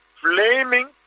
flaming